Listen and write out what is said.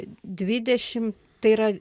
dvidešimt tai yra